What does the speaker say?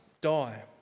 die